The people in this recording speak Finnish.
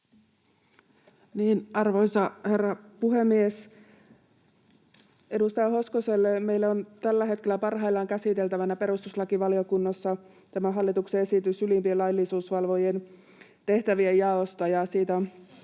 Arvoisa herra puhemies! Edustaja Hoskoselle: Meillä on tällä hetkellä parhaillaan käsiteltävänä perustuslakivaliokunnassa hallituksen esitys ylimpien laillisuusvalvojien tehtävien jaosta,